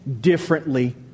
differently